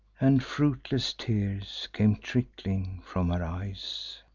and fruitless tears came trickling from her eyes.